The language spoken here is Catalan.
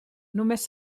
només